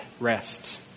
rest